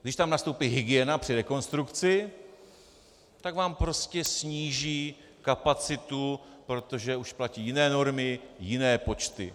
Když tam nastoupí hygiena při rekonstrukci, tak vám prostě sníží kapacitu, protože už platí jiné normy, jiné počty.